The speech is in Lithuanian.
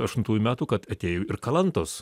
aštuntųjų metų kad atėjo ir kalantos